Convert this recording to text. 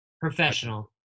professional